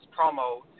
promo